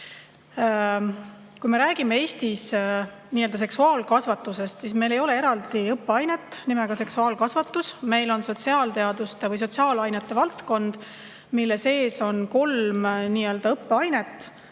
Kui me räägime Eestis nii-öelda seksuaalkasvatusest, siis meil ei ole eraldi õppeainet nimega "seksuaalkasvatus". Meil on sotsiaalteaduste või sotsiaalainete valdkond, mille sees on kolm õppeainet: